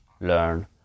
learn